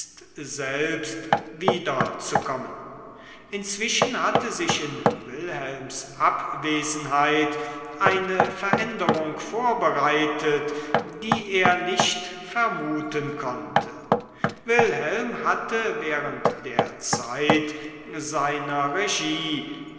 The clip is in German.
selbst wiederzukommen inzwischen hatte sich in wilhelms abwesenheit eine veränderung vorbereitet die er nicht vermuten konnte wilhelm hatte während der zeit seiner regie